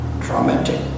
traumatic